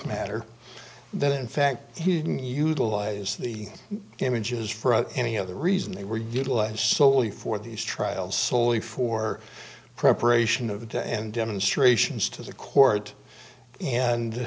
matter that in fact he didn't utilize the images for any other reason they were utilized solely for these trials solely for preparation of the and demonstrations to the court and